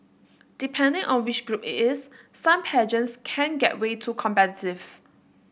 depending on which group it is some pageants can get way too competitive